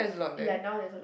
ya now there's a lot